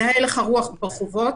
זה הלך הרוח ברחובות.